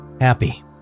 Happy